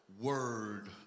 word